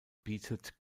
bietet